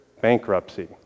bankruptcy